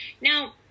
Now